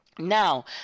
Now